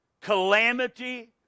calamity